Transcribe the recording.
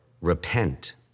repent